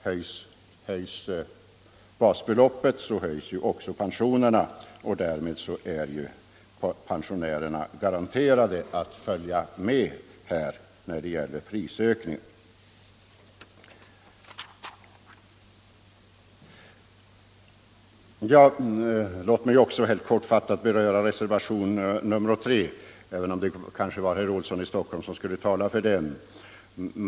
Höjs basbeloppet höjs också pensionerna, och därmed är pensionärerna garanterade att följa med när det gäller prisökningarna. Låt mig också kortfattat beröra reservationen 3, även om det kanske var herr Olsson i Stockholm som skulle tala för den.